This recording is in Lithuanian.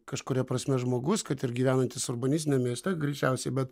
kažkuria prasme žmogus kad ir gyvenantis urbanistiniam mieste greičiausiai bet